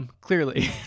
Clearly